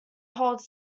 holds